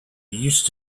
used